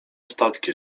statki